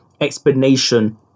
explanation